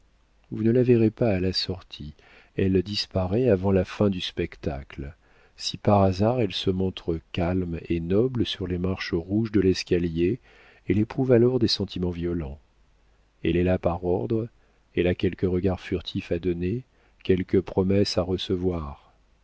vous ne la verrez pas à la sortie elle disparaît avant la fin du spectacle si par hasard elle se montre calme et noble sur les marches rouges de l'escalier elle éprouve alors des sentiments violents elle est là par ordre elle a quelque regard furtif à donner quelque promesse à recevoir